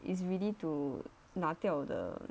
is ready to 拿掉 the